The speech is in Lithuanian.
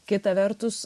kita vertus